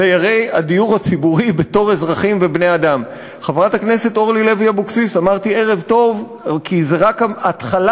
מגיע להם ערב טוב אחרי